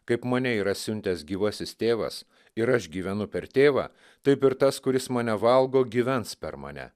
kaip mane yra siuntęs gyvasis tėvas ir aš gyvenu per tėvą taip ir tas kuris mane valgo gyvens per mane